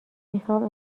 میخام